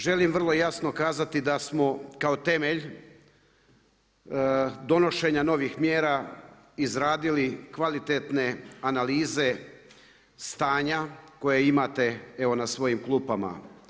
Želim vrlo jasno kazati da smo kao temelj donošenja novih mjera izradili kvalitetne analize stanja koje imate evo na svojim klupama.